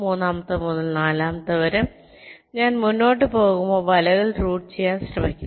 മൂന്നാമത്തേത് മുതൽ നാലാമത്തേത് വരെ ഞാൻ മുന്നോട്ട് പോകുമ്പോൾ വലകൾ റൂട്ട് ചെയ്യാൻ ശ്രമിക്കുന്നു